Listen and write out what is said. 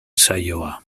saioa